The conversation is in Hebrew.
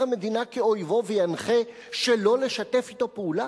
המדינה כאויבו וינחה שלא לשתף אתו פעולה?